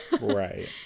Right